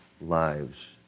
lives